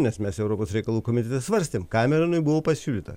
nes mes europos reikalų komitete svarstėm kameronui buvo pasiūlyta